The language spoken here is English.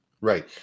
Right